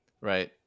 right